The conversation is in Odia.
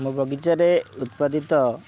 ମୋ ବଗିଚାରେ ଉତ୍ପାଦିତ